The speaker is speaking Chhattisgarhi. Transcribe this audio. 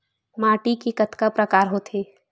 माटी के कतका प्रकार होथे?